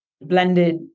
blended